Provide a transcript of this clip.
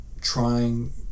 trying